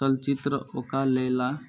चलचित्र ओ कऽ लेला